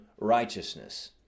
righteousness